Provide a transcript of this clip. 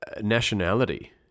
nationality